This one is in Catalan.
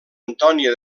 antònia